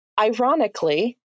ironically